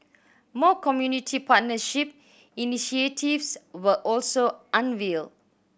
more community partnership initiatives were also unveiled